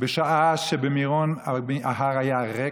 בשעה שבמירון ההר היה ריק,